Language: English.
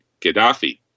Gaddafi